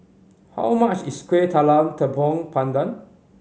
how much is Kueh Talam Tepong Pandan